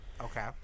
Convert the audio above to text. Okay